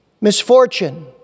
misfortune